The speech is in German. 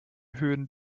höhen